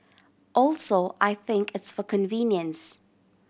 also I think it's for convenience